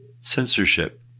censorship